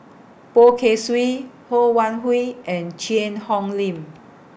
Poh Kay Swee Ho Wan Hui and Cheang Hong Lim